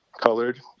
colored